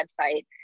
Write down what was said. website